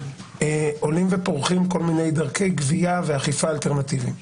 עולים ופורחים כל מיני דרכי גבייה ואכיפה אלטרנטיביים,